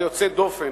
יוצאת דופן.